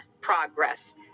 progress